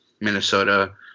Minnesota